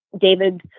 David